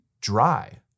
dry